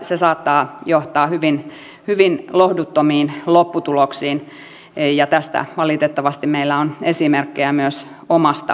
se saattaa johtaa hyvin lohduttomiin lopputuloksiin ja tästä valitettavasti meillä on esimerkkejä myös omasta maanosastamme